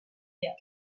behar